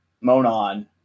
Monon